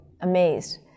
amazed